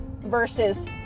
versus